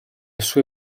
sue